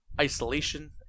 isolation